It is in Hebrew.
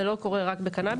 זה לא קורה רק בקנביס.